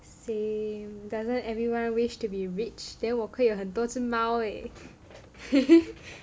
same doesn't everyone wish to be rich then 我可以有很多只猫 leh